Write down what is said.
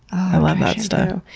i love that stuff.